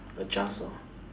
adjust lor